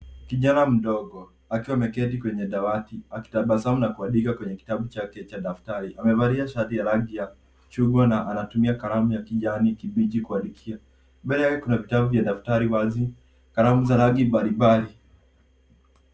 Kijana mdogo akiwa ameketi kwenye dawati akitabasamu na kuandika kwenye kitabu chake cha daftari . Amevalia shati ya rangi ya chungwa na anatumia kalamu ya kijani kibichi kuandikia. Mbele yake kuna vitabu vya daftari wazi, kalamu za rangi mbalimbali.